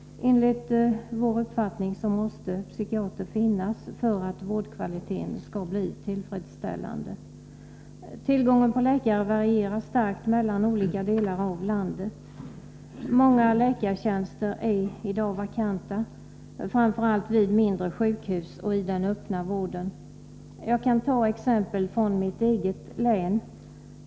Enligt vår uppfattning måste psykiatrer finnas för att vårdkvaliteten skall bli tillfredsställande. Tillgången på läkare varierar starkt mellan olika delar i landet. Många läkartjänster är i dag vakanta, framför allt vid mindre sjukhus och i den öppna vården. Jag kan ta ett exempel från mitt eget län.